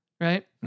Right